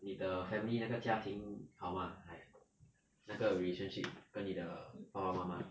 你的 family 那个家庭好吗 like 那个 relationship 跟你的爸爸妈妈